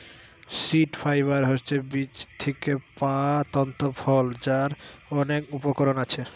seed fibre হচ্ছে বীজ থিকে পায়া তন্তু ফল যার অনেক উপকরণ আছে